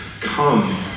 come